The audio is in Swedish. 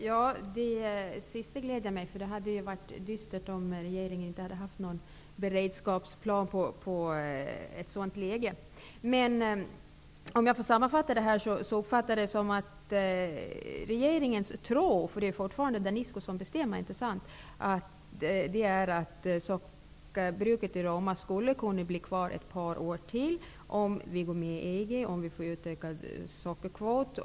Fru talman! Det gläder mig, för att det hade ju varit dystert om regeringen inte hade haft någon beredskapsplan i ett sådant läge. Sammanfattningsvis: Jag uppfattar det som att regeringen tror -- men det är fortfarande Danisco som bestämmer, inte sant? -- att sockerbruket i Roma kan vara kvar ett par år till, om vi går med i EG och får utökad sockerkvot.